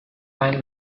find